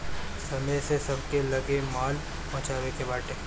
समय से सबके लगे माल पहुँचावे के बाटे